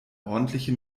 ordentliche